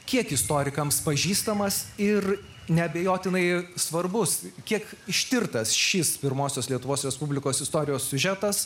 kiek istorikams pažįstamas ir neabejotinai svarbus kiek ištirtas šis pirmosios lietuvos respublikos istorijos siužetas